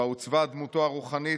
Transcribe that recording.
בה עוצבה דמותו הרוחנית,